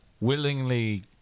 willingly